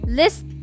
list